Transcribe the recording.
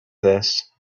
this